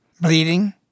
bleeding